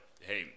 hey